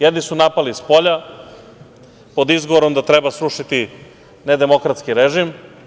Jedni su napali spolja pod izgovorom da treba srušiti nedemokratski režim.